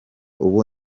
ubu